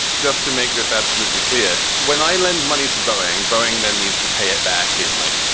just to make this absolutely clear, when i lend money to boing boing, then needs to pay it back in like,